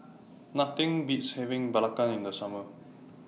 Nothing Beats having Belacan in The Summer